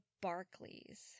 Barclays